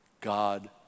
God